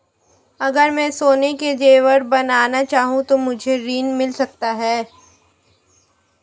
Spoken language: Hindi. अगर मैं सोने के ज़ेवर बनाना चाहूं तो मुझे ऋण मिल सकता है?